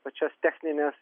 pačias technines